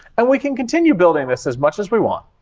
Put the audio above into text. and we can continue building this as much as we want,